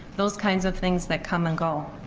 those kinds of things that come and go.